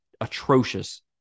atrocious